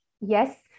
Yes